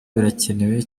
birakenewe